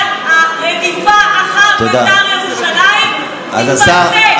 מגנה, אבל הרדיפה של בית"ר ירושלים תיפסק.